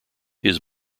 his